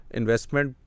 investment